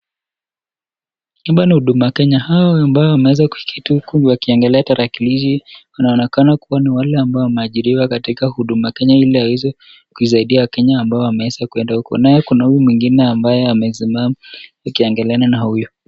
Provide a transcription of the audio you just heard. Hapa ni huduma Kenya hao ambao wameweza kuitwa huku wakiangalia tarakilishi wanaonekana kuwa ni wale ambao wameajiriwa katika huduma Kenya ile iweze kuisaidia Kenya ambao wameweza kwenda huko. Naye kuna huyu mwingine ambaye amesimama akiangaliana na huyu.